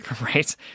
Right